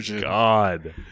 God